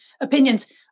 opinions